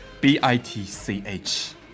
B-I-T-C-H